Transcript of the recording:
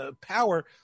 power